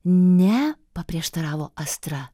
ne paprieštaravo astra